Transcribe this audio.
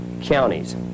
counties